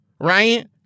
right